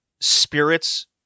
spirits